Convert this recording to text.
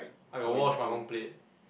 I got wash my own plate